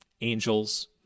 angels